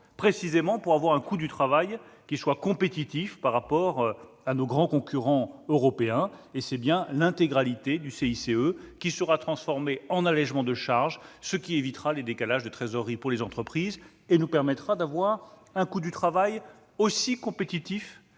précisément pour avoir un coût du travail compétitif par rapport à nos grands concurrents européens. C'est bien l'intégralité du CICE qui sera transformée en allégement de charges, ce qui évitera les décalages de trésorerie pour les entreprises et nous permettra d'avoir un coût du travail aussi compétitif